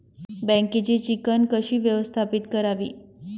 बँकेची चिकण कशी व्यवस्थापित करावी?